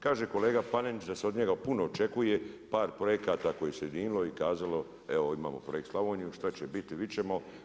Kaže kolega Panenić da se od njega puno očekuje par projekata koje se ujedinilo i kazalo evo imamo Projekt Slavoniju, šta će biti vidjet ćemo.